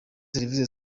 serivise